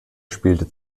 spielte